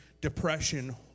depression